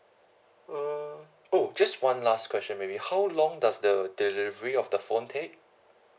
uh oh okay just one last question maybe how long does the delivery of the phone take